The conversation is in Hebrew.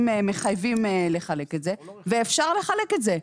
מחייבים לחלק את זה ואפשר לחלק את זה.